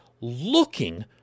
looking